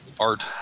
Art